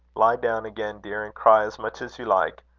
lie down again, dear, and cry as much as you like.